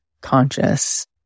conscious